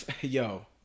yo